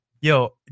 Yo